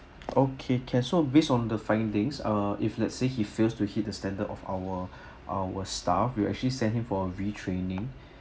okay can so based on the findings ah if let's say he fails to hit the standard of our our staff we will actually send him for retraining